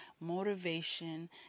motivation